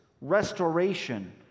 restoration